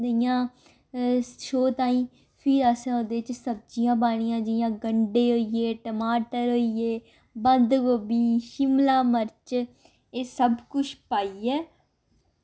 इ'यां शो ताईं फ्ही असें ओह्दे च सब्जियां पानियां जियां गंढे होई गे टमाटर होई गे बंद गोभी शिमला मर्च एह् सब कुछ पाइयै